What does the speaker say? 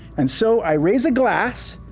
and so i raise a glass,